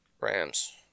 Rams